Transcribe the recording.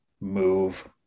move